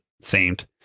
seemed